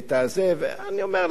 ואני אומר להם,